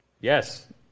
Yes